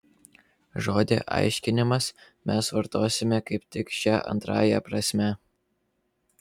žodį aiškinimas mes vartosime kaip tik šia antrąja prasme